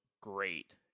great